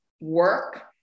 work